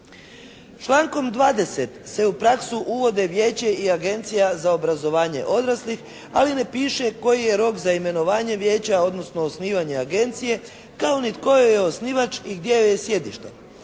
Člankom 20. se u praksu uvode vijeće i agencija za obrazovanje odraslih ali ne piše koji je rok za imenovanje vijeća odnosno osnivanje agencije kao ni tko je osnivač i gdje joj je sjedište.